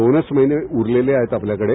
दोनच महिने उरेले आहेत आपल्याकडे